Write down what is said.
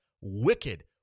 wicked